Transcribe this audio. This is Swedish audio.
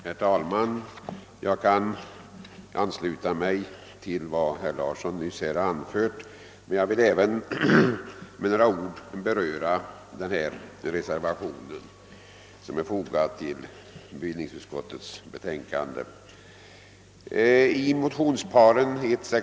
Herr talman! Jag kan ansluta mig till vad herr Larsson i Umeå nyss anfört.